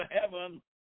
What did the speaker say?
heaven